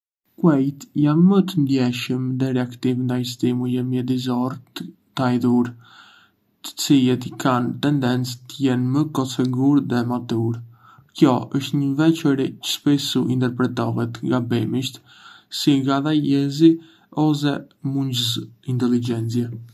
Kuejt janë më të ndjeshëm dhe reaktiv ndaj stimujve mjedisorë te ajdhur, të cilët kanë tedhéncë të jenë më koç e gurë dhe matur. Kio është një veçori që shpissu interpretohet, gabimisht, si ngadalësi ose mungesë inteligjence.